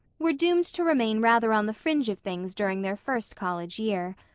were doomed to remain rather on the fringe of things during their first college year.